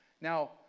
Now